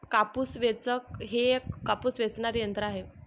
कापूस वेचक हे एक कापूस वेचणारे यंत्र आहे